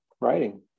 writing